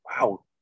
wow